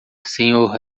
senhor